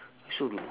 soon